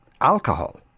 alcohol